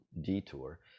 detour